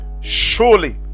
Surely